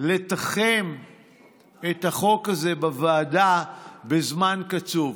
לתחם את החוק הזה בוועדה בזמן קצוב,